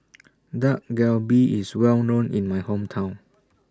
Dak Galbi IS Well known in My Hometown